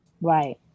Right